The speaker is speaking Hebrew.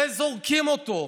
וזורקים אותו.